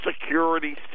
Security